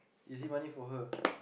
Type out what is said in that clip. easy money for her